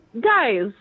guys